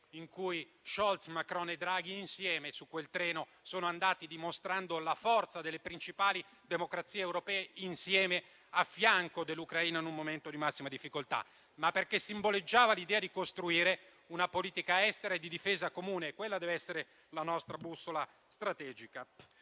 in cui Scholz, Macron e Draghi insieme su quel treno sono andati a dimostrare la forza delle principali democrazie europee, a fianco dell'Ucraina, in un momento di massima difficoltà, perché simboleggiava l'idea di costruire una politica estera e di difesa comune: quella deve essere la nostra bussola strategica.